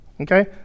Okay